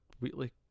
weekly